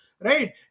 right